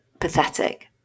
pathetic